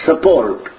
support